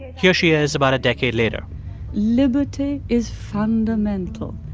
here she is about a decade later liberty is fundamental.